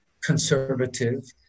conservative